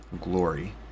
glory